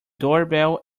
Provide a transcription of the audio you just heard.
doorbell